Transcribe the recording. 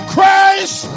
Christ